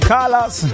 Carlos